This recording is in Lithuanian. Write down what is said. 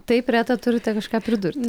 taip reta turite kažką pridurti